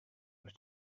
els